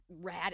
rad